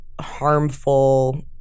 harmful –